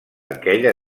aquella